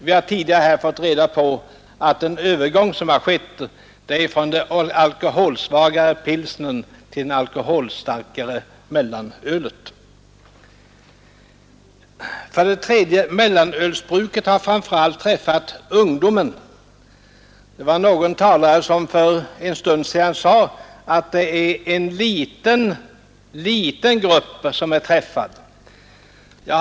Vi har tidigare här fått reda på att den övergång som har skett är en övergång från den alkoholsvagare pilsnern till det alkoholstarkare mellanölet. För det tredje har mellanölsbruket framför allt brett ut sig bland ungdomen. Någon talare sade för en stund sedan att det är en liten grupp som är drabbad.